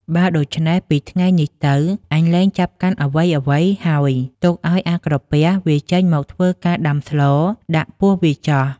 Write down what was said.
បើដូច្នេះពីថ្ងៃនេះទៅ អញលែងចាប់កាន់ធ្វើអ្វី ៗ ហើយទុកឲ្យអាក្រពះវាចេញមកធ្វើការដាំស្លដាក់ពោះវាចុះ។